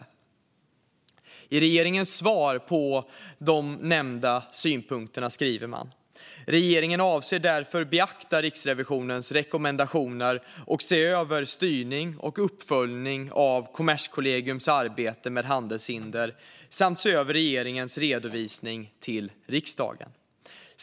I regeringens svar på de nämnda synpunkterna skriver man: "Regeringen instämmer helt eller delvis i flera av Riksrevisionens bedömningar och bedömer att det finns utrymme för att förbättra och vidareutveckla Kommerskollegiums arbete med handelshinder i syfte att öka effektiviteten i användningen av statliga medel. Regeringen avser därför beakta Riksrevisionens rekommendationer och se över styrning och uppföljning av Kommerskollegiums arbete med handelshinder samt se över regeringens redovisning till riksdagen.